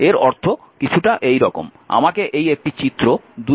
আমাকে এই একটি চিত্র 21 b তে যেতে দিন